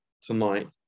tonight